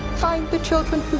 find the children